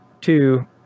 Two